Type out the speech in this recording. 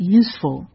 useful